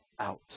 out